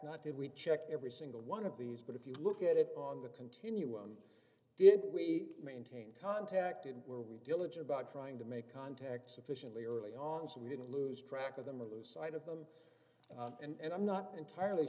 that we check every single one of these but if you look at it on the continuum did we maintain contacted were we diligent about trying to make contact sufficiently early on so we didn't lose track of them or lose sight of them and i'm not entirely